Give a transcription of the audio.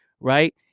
Right